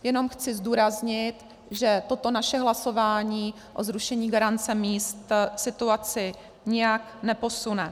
Jenom chci zdůraznit, že toto naše hlasování o zrušení garance míst situaci nijak neposune.